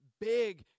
big